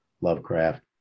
Lovecraft